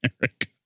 America